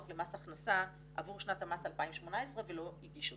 למס הכנסה עבור שנת המס 2018 ולא הגיש אותו.